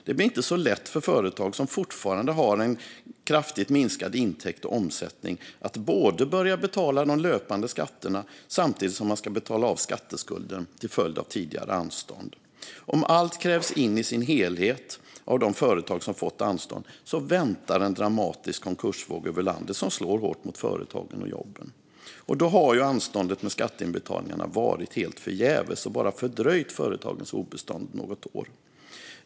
Det blir inte så lätt för företag som fortfarande har en kraftigt minskad intäkt och omsättning att börja betala de löpande skatterna samtidigt som man ska betala av skatteskulden till följd av tidigare anstånd. Om allt krävs in i sin helhet av de företag som fått anstånd väntar en dramatisk konkursvåg över landet, som slår hårt mot småföretagen och jobben. Och då har ju anståndet med skatteinbetalningarna varit helt förgäves och bara fördröjt företagens obestånd något år.